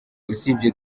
usibye